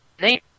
name